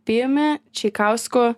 pijumi čeikausku